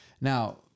Now